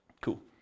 Cool